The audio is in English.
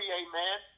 amen